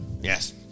Yes